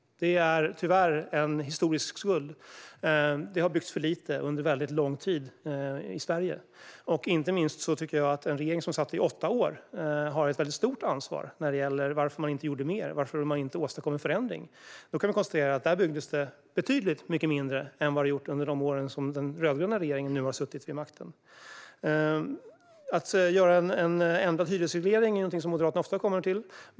Det är tyvärr en historisk skuld. Under lång tid har det byggts för lite i Sverige. Inte minst har den regering som satt i åtta år ett stort ansvar för att den inte gjorde mer och inte åstadkom en förändring. Då byggdes det betydligt mindre än vad det har byggts under de år som den rödgröna regeringen har suttit vid makten. Moderaterna återkommer ofta till en ändrad hyresreglering.